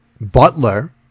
Butler